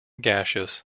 gaseous